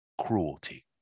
cruelty